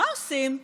מה עושים,